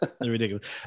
ridiculous